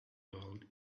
world